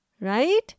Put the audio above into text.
Right